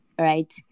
right